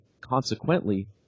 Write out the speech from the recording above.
consequently